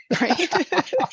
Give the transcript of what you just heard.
Right